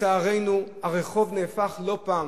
שלצערנו הרחוב נהפך לא פעם